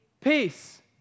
peace